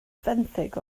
fenthyg